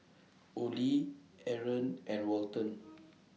Ollie Aron and Walton